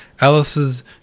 Alice's